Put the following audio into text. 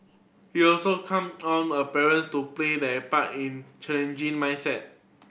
he also come on a parents to play their part in changing mindset